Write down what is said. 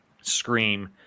scream